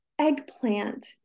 eggplant